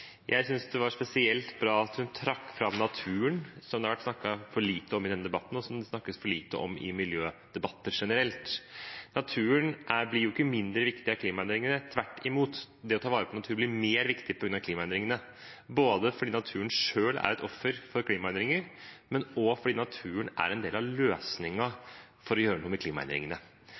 jeg synes var et godt innlegg. Jeg synes det var spesielt bra at hun trakk fram naturen, som det har vært snakket for lite om i denne debatten, og som det snakkes for lite om i miljødebatter generelt. Naturen blir ikke mindre viktig på grunn av klimaendringene, tvert imot. Det å ta vare på naturen blir mer viktig på grunn av klimaendringene, både fordi naturen selv er et offer for klimaendringer, og fordi naturen er en del av